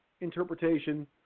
interpretation